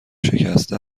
شکسته